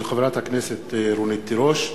הצעתה של חברת הכנסת רונית תירוש.